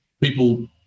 People